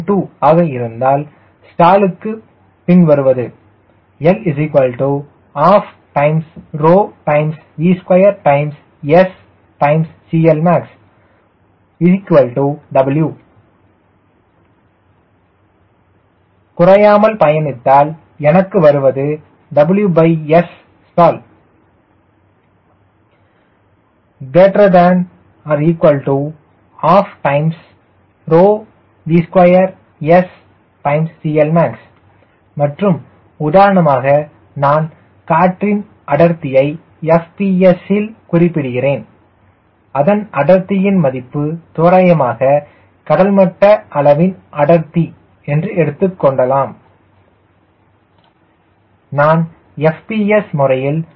2 ஆக இருந்தால் ஸ்டாலுக்கு பின்வருவது L12V2SCLmaxW குறையாமல் பயணித்தால் எனக்கு வருவது WSstall12V2SCLmax மற்றும் உதாரணமாக நான் காற்றின் அடர்த்தியை FPS யில் குறிப்பிடுகிறேன் அதன் அடர்த்தியின் மதிப்பு தோராயமாக கடல் மட்ட அளவின் அடர்த்தி என்று எடுத்துக்கொண்டால் நான் FPS முறையில் ρ 0